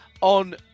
on